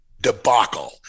debacle